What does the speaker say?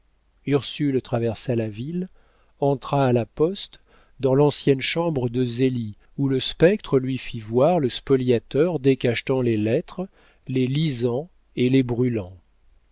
ursule traversa la ville entra à la poste dans l'ancienne chambre de zélie où le spectre lui fit voir le spoliateur décachetant les lettres les lisant et les brûlant